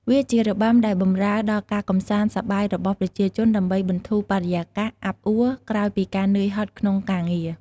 វាជារបាំដែលបំរើដលការកំសាន្តសប្បាយរបស់ប្រជាជនដើម្បីបន្ធូរបរិយាកាសអាប់អួរក្រោយពីការនឿយហត់ក្នុងការងារ ។